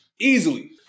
Easily